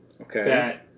Okay